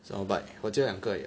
什么 bike 我只有两个而已